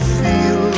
feel